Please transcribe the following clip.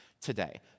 today